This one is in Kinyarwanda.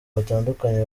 batandukanye